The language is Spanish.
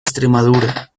extremadura